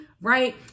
right